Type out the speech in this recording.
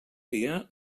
fia